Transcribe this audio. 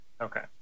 okay